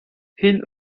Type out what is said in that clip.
hin